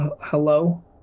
hello